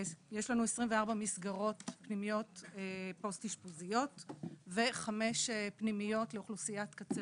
יש לנו 24 פנימיות פוסט-אשפוזיות וחמש פנימיות לאוכלוסיית קצה,